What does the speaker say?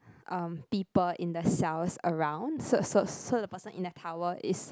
um people in the cells around so so so the person in the tower is